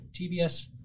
TBS